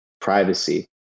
privacy